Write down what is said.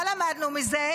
מה למדנו מזה?